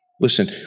Listen